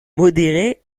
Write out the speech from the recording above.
modérés